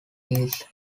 piece